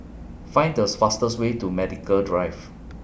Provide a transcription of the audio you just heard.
Find This fastest Way to Medical Drive